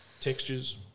textures